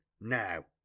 now